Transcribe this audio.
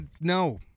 no